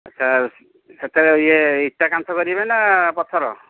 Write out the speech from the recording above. ଆଚ୍ଛା ସେଥିରେ ଇଏ ଇଟା କାନ୍ଥ କରିବେ ନା ପଥର